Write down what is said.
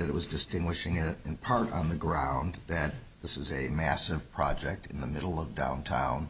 that it was distinguishing it in part on the ground that this is a massive project in the middle of downtown